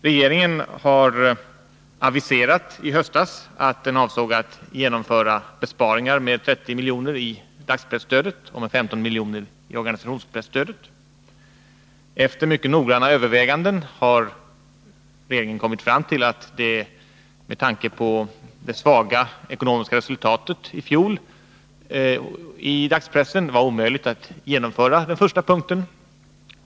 Regeringen aviserade i höstas att den avsåg att genomföra besparingar med 30 miljoner i dagspresstödet och med femton miljoner i organisationspresstödet. Efter mycket noggranna överväganden kom regeringen fram till att det, med tanke på det svaga ekonomiska resultatet i fjol inom dagspressen, var omöjligt att genomföra den första punkten.